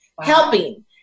Helping